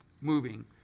moving